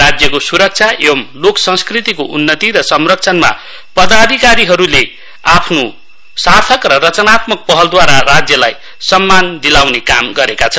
राज्यको सुरक्षा एवम् लोक संस्कृतिको उन्नति र संरक्षणमा पदाधिकारीहरूले आफ्नो सार्थक र रचनात्मक पहलद्वारा राज्यलाई सम्मान दिलाउने काम गरेका छन्